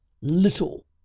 little